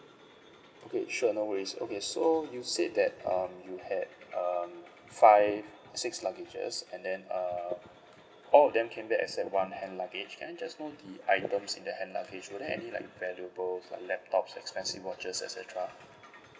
okay sure no worries okay so you said that um you had um five six luggages and then uh all of them came back except one hand luggage can I just know the items in the hand luggage were there any like valuable like laptop expensive watches et cetera